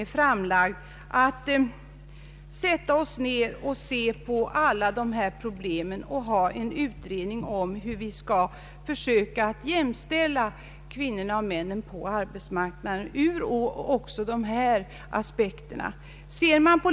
Vi kan sätta oss ned och se på alla dessa problem och utreda hur vi skall försöka jämställa kvinnorna och männen på arbetsmarknaden ur också de här aspekterna.